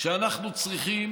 שאנחנו צריכים